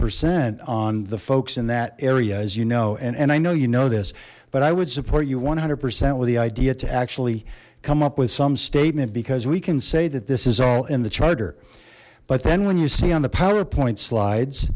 percent on the folks in that area as you know and i know you know this but i would support you one hundred percent with the idea to actually come up with some statement because we can say that this is all in the charter but then when you see on the powerpoint slides